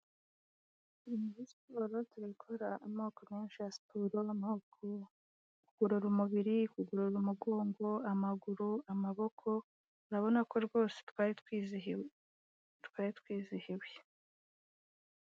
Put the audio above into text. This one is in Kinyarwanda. Turi muri siporo turakora amoko menshi ya siporo. Kugorora umubiri, kugorora umugongo, amaguru, amaboko, urabona ko rwose twari twizihiwe, twari twizihiwe.